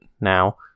now